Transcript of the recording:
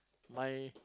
my